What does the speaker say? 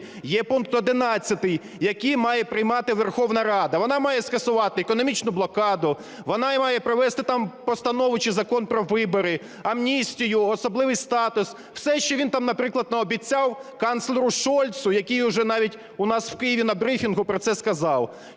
є пункт 11, який має приймати Верховна Рада. Вона має скасувати економічну блокаду, вона має провести там постанову чи закон про вибори, амністію, особливий статус. Все, що він там, наприклад, наобіцяв канцлеру Шольцу, який уже навіть у нас в Києві на брифінгу про це сказав,